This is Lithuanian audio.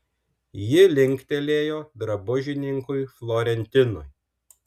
ji linktelėjo drabužininkui florentinui